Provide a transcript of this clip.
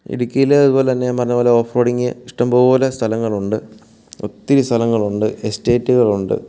ഇടുക്കിയിൽ അതുപോലെ തന്നെ ഞാൻ പറഞ്ഞതു പോലെ ഓഫ് റോഡിങ് ഇഷ്ടംപോലെ സ്ഥലങ്ങളുണ്ട് ഒത്തിരി സ്ഥലങ്ങളുണ്ട് എസ്റ്റേറ്റുകളുണ്ട്